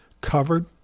covered